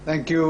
(תרגום חופשי מאנגלית) תודה רבה.